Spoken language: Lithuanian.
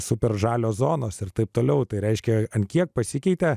super žalios zonos ir taip toloai tai reiškia ant kiek pasikeitė